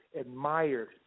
admired